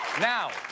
Now